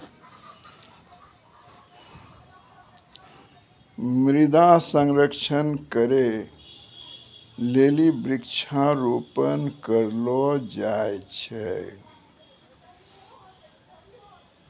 मृदा संरक्षण करै लेली वृक्षारोपण करलो जाय छै